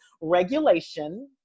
regulation